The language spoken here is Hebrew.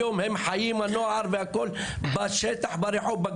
היום הם חיים, הנוער והכול בשטח, ברחוב.